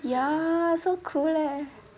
ya so cool leh